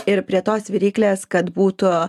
ir prie tos viryklės kad būtų